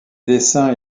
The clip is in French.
dessins